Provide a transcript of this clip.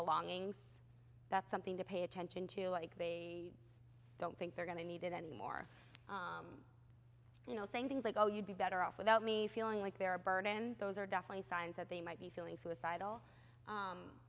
belongings that's something to pay attention to like they don't think they're going to need it anymore you know saying things like oh you'd be better off without me feeling like they're a burden those are definitely signs that they might be feeling suicidal